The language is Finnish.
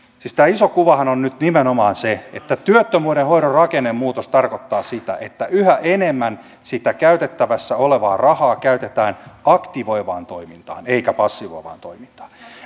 siis tämä iso kuvahan on nyt nimenomaan se että työttömyyden hoidon rakennemuutos tarkoittaa sitä että yhä enemmän sitä käytettävissä olevaa rahaa käytetään aktivoivaan toimintaan eikä passivoivaan toimintaan